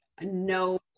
no